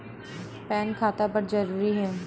Pan खाता बर जरूरी हे?